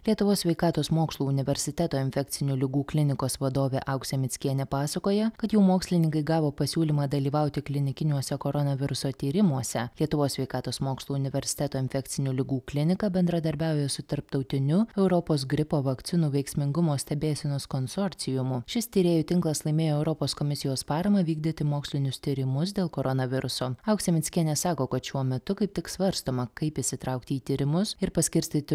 lietuvos sveikatos mokslų universiteto infekcinių ligų klinikos vadovė auksė mickienė pasakoja kad jų mokslininkai gavo pasiūlymą dalyvauti klinikiniuose koronaviruso tyrimuose lietuvos sveikatos mokslų universiteto infekcinių ligų klinika bendradarbiauja su tarptautiniu europos gripo vakcinų veiksmingumo stebėsenos konsorciumu šis tyrėjų tinklas laimėjo europos komisijos paramą vykdyti mokslinius tyrimus dėl koronaviruso auksė mickienė sako kad šiuo metu kaip tik svarstoma kaip įsitraukti į tyrimus ir paskirstyti